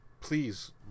please